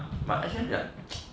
but S_F like